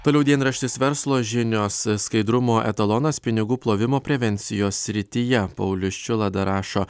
toliau dienraštis verslo žinios skaidrumo etalonas pinigų plovimo prevencijos srityje paulius čiulada rašo